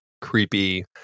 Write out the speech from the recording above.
creepy